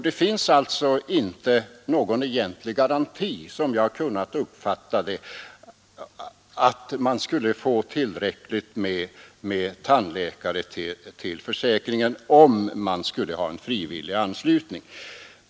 Det finns alltså inte någon egentlig garanti, som jag har kunnat uppfatta det, att man skulle få tillräckligt med tandläkare till försäkringen, om anslutningen vore frivillig.